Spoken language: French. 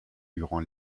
durant